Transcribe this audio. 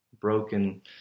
broken